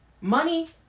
Money